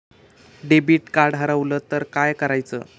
Debit card हरवल तर काय करायच?